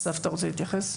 אסף, אתה רוצה להתייחס?